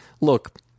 look